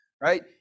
right